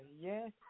Yes